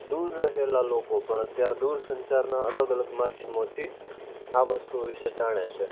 દૂર રહેલા લોકો પણ અત્યારે દૂર સંચારના અલગ અલગ માધ્યમોથી આ વસ્તુ વિશે જાણે છે